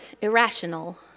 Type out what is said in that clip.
irrational